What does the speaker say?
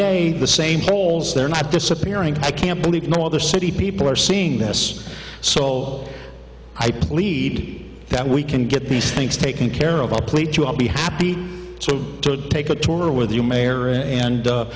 day the same polls they're not disappearing i can't believe no other city people are seeing this so i plead that we can get these things taken care of our plate you'll be happy to take a tour with you mayor and